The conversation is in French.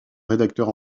rédacteur